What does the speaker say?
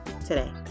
today